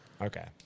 okay